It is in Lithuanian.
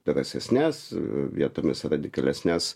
drąsesnes vietomis radikalesnes